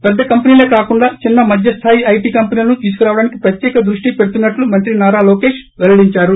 పెద్ద కంపినీలే కాకుండా చిన్న మధ్య స్దాయి ఐటీ కంపెనీలను తీసుకురావడానికి ప్రత్యేక దృష్టి పెడుతున్నట్లు మంత్రి నారా లోకేష్ పెల్లడిందారు